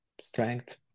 strength